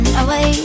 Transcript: away